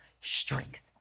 strength